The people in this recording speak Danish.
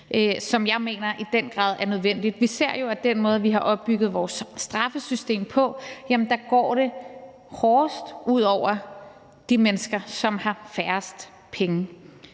hvad jeg i den grad mener er nødvendigt. Vi ser jo, at med den måde, vi har opbygget vores straffesystem på, går det hårdest ud over de mennesker, som har færrest penge.